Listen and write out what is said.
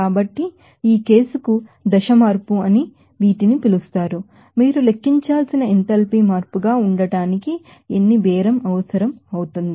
కాబట్టి ఈ కేసుకు ఫేజ్ చేంజ్ దశ మార్పు అని వీటిని పిలుస్తారు మీరు లెక్కించాల్సిన ఎంథాల్పీ మార్పు గా ఉండటానికి ఎంత బేరం అవసరం అవుతుంది